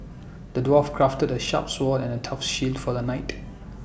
the dwarf crafted A sharp sword and A tough shield for the knight